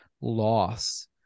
loss